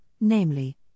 namely